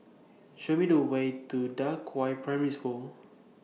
Show Me The Way to DA Qiao Primary School